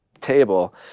table